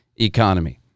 economy